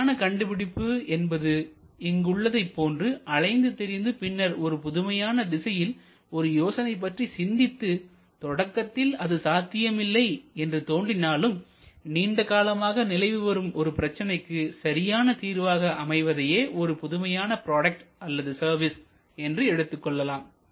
புதுமையான கண்டுபிடிப்பு என்பது இங்கு உள்ளதைப் போன்று அலைந்து திரிந்து பின்னர் ஒரு புதுமையான திசையில் ஒரு யோசனை பற்றி சிந்தித்து தொடக்கத்தில் அது சாத்தியமில்லை என்று தோன்றினாலும்நீண்ட காலமாக நிலவி வரும் ஒரு பிரச்சனைக்கு சரியான தீர்வாக அமைவதையே ஒரு புதுமையான ப்ராடக்ட் அல்லது சர்வீஸ் என்று எடுத்துக்கொள்ளலாம்